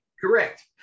Correct